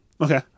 Okay